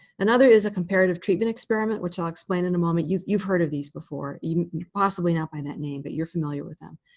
another is a comparative treatment experiment, which i'll explain in a moment. you've you've heard of these before you know possibly not by that name, but you're familiar with them.